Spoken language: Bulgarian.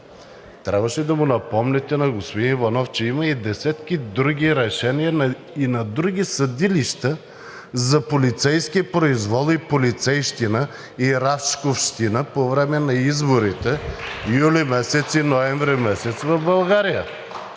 трябваше да му напомните на господин Иванов, че има и десетки други решения и на други съдилища за полицейски произвол и полицейщина, и Рашковщина по време на изборите юли и ноември месец в България.